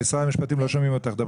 קודם.